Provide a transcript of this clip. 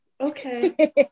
Okay